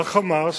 ה"חמאס"